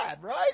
right